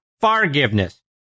forgiveness